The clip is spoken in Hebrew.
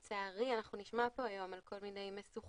ולצערי אנחנו נשמע פה היום על כל מיני משוכות